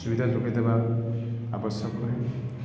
ସୁବିଧା ଯୋଗାଇଦେବା ଆବଶ୍ୟକ